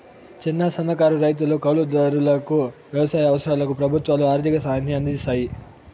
చిన్న, సన్నకారు రైతులు, కౌలు దారులకు వ్యవసాయ అవసరాలకు ప్రభుత్వాలు ఆర్ధిక సాయాన్ని అందిస్తాయి